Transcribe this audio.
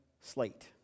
slate